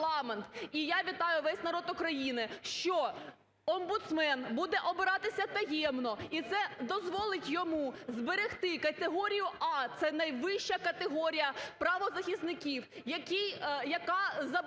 і я вітаю весь народ України, що омбудсмен буде обиратися таємно. І це дозволить йому зберегти категорію "А", це найвища категорія правозахисників, яка забезпечить